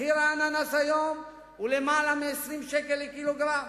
מחיר האננס היום הוא למעלה מ-20 שקל לק"ג.